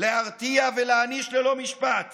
להרתיע ולהעניש ללא משפט